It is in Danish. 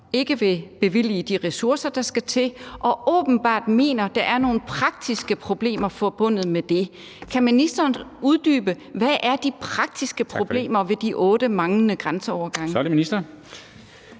ikke vil bevilge de ressourcer, der skal til, og åbenbart mener, at der er nogle praktiske problemer forbundet med det. Kan ministeren uddybe: Hvad er de praktiske problemer med de otte manglende grænseovergange?